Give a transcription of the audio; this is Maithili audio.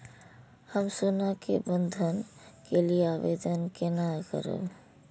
हम सोना के बंधन के लियै आवेदन केना करब?